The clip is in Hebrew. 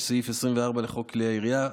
46. סעיף 24 לחוק כלי הירייה,